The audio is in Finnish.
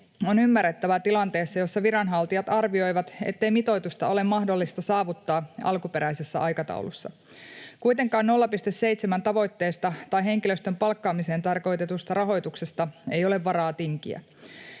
on ymmärrettävää tilanteessa, jossa viranhaltijat arvioivat, ettei mitoitusta ole mahdollista saavuttaa alkuperäisessä aikataulussa. Kuitenkaan 0,7:n tavoitteesta tai henkilöstön palkkaamiseen tarkoitetusta rahoituksesta ei ole varaa tinkiä.